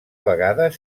vegades